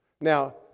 Now